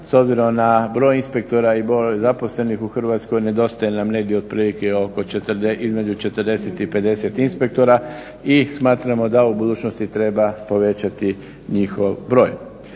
S obzirom na broj inspektora i broj zaposlenih u Hrvatskoj nedostaje nam negdje otprilike između 40 i 50 inspektora i smatramo da u budućnosti treba povećati njihov broj.